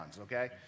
okay